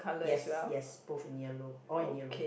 yes yes both in yellow all in yellow